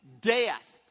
death